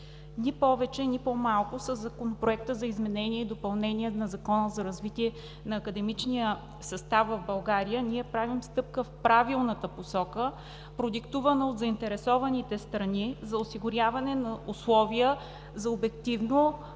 Ни повече, ни по-малко със Законопроекта за изменение и допълнение на Закона за развитие на академичния състав в България ние правим стъпка в правилната посока, продиктувана от заинтересованите страни за осигуряване на условия за обективно,